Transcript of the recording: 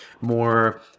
more